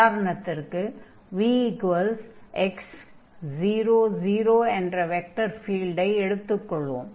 உதாரணத்திற்கு vx00 என்ற vector ஃபீல்டை எடுத்துக் கொள்வோம்